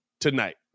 tonight